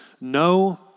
no